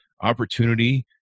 opportunity